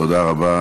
תודה רבה.